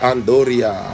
Andoria